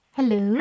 Hello